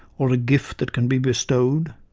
or a gift that can be bestowed.